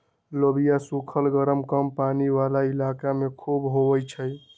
लोबिया सुखल गरम कम पानी वाला इलाका में भी खुबे होई छई